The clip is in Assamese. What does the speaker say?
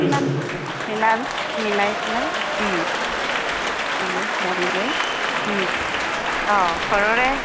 কিমান মিলা মিলাই পেলাই মিলাই গাড়ী লৈ অঁ ঘৰৰে